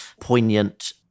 poignant